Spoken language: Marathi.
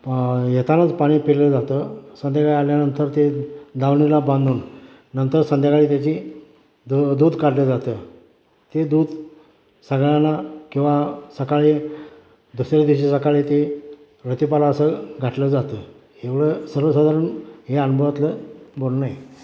प येतानाच पाणी पिलं जातं संध्याकाळी आल्यानंतर ते दावणीला बांधून नंतर संध्याकाळी त्याची द दूध काढलं जातं ते दूध सगळ्यांना किंवा सकाळी दुसऱ्या दिवशी सकाळी ते रतिपाला असं घातलं जातं एवढं सर्वसाधारण हे अनुभवातलं बोलणं आहे